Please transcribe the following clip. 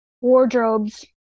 Wardrobes